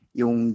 yung